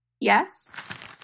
Yes